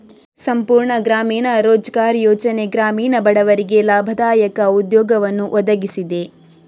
ಸಂಪೂರ್ಣ ಗ್ರಾಮೀಣ ರೋಜ್ಗಾರ್ ಯೋಜನೆ ಗ್ರಾಮೀಣ ಬಡವರಿಗೆ ಲಾಭದಾಯಕ ಉದ್ಯೋಗವನ್ನು ಒದಗಿಸಿದೆ